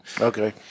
Okay